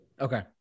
Okay